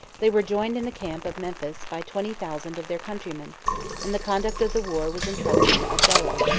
they were joined in the camp of memphis by twenty thousand of their countrymen and the conduct of the war was intrusted to abdallah,